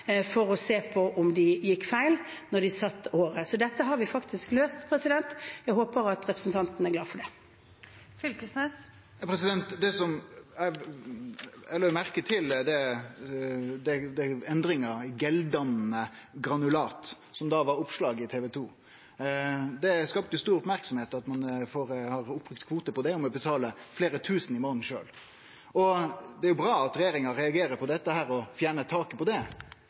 for å se på om de tok feil når de satte taket for året. Så dette har vi faktisk løst. Jeg håper at representanten er glad for det. Eg la merke til den endringa for geldannande granulat, som det var oppslag om i TV 2. Det skapte stor merksemd at ein kan bruke opp kvoten på det, og må betale fleire tusen i månaden sjølv. Det er bra at regjeringa reagerer på dette og fjernar taket på det,